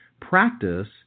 practice